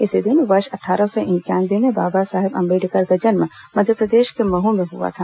इसी दिन वर्ष अट्ठारह सौ इंक्यानवे में बाबा साहब आम्बेडकर का जन्म मध्यप्रदेश के मह में हआ था